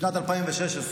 בשנת 2016,